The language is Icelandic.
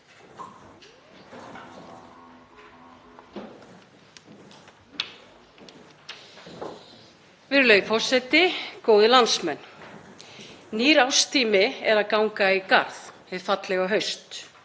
Virðulegi forseti. Góðir landsmenn. Nýr árstími er að ganga í garð, hið fallega haust.